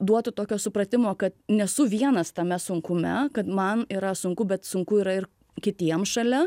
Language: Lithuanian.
duotų tokio supratimo kad nesu vienas tame sunkume kad man yra sunku bet sunku yra ir kitiem šalia